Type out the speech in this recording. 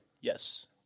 Yes